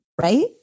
Right